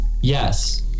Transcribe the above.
Yes